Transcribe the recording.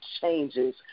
changes